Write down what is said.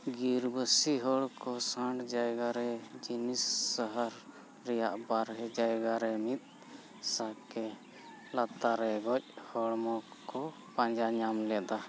ᱜᱤᱨᱟᱹᱵᱟᱹᱥᱤ ᱦᱚᱲ ᱠᱚ ᱥᱟᱸᱰ ᱡᱟᱭᱜᱟ ᱨᱮ ᱡᱤᱱᱤᱥ ᱥᱟᱦᱟᱨ ᱨᱮᱱᱟᱜ ᱵᱟᱦᱨᱮ ᱡᱟᱭᱜᱟ ᱨᱮ ᱢᱤᱫ ᱥᱟᱸᱠᱚ ᱞᱟᱛᱟᱨ ᱨᱮ ᱜᱚᱡ ᱦᱚᱲᱢᱚ ᱠᱚ ᱯᱟᱸᱡᱟ ᱧᱟᱢ ᱞᱮᱫᱟ